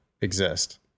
exist